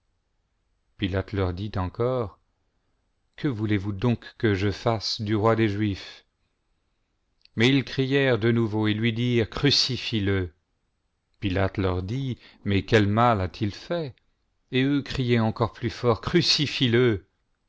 et la leur dit encore que voulez-vous donc que je fasse du roi des juifs mais ils crièrent de nouveau et lui dirent crucifier pilla leur dit mais quel mal a t il fait f et eux criaient encore plus fort crucifiez le